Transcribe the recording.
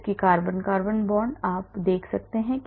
जबकि carbon carbon bond आप 146 देख सकते हैं